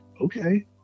okay